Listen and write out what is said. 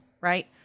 right